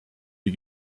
die